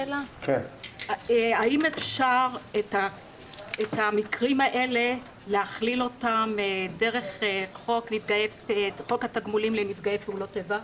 האם אפשר את המקרים האלה להכליל דרך חוק התגמולים לנפגעי פעולות איבה?